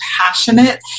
passionate